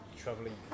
Traveling